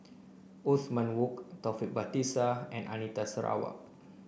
Othman Wok Taufik Batisah and Anita Sarawak